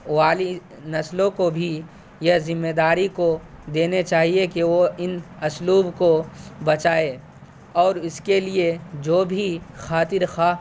والی نسلوں کو بھی یہ ذمےداری کو دینے چاہیے کہ وہ ان اسلوب کو بچائے اور اس کے لیے جو بھی خاطر خواہ